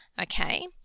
Okay